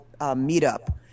meetup